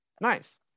Nice